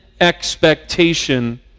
expectation